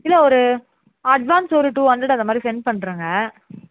இல்லை ஒரு அட்வான்ஸ் ஒரு டூ ஹண்ட்ரட் அந்த மாதிரி சென்ட் பண்ணிருங்க